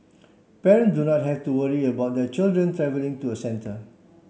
parents do not have to worry about their children travelling to a centre